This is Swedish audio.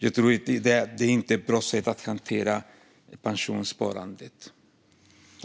Jag tror inte att detta är ett bra sätt att hantera pensionssparandet.